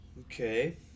okay